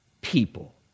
people